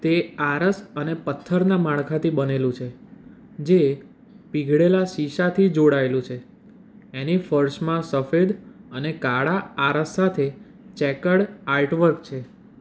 તે આરસ અને પથ્થરના માળખાથી બનેલું છે જે પીગળેલા શીશાથી જોડાએલું છે એની ફર્શમાં સફેદ અને કાળા આરસ સાથે ચેકર્ડ આર્ટ વર્ક છે